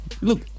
look